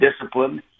discipline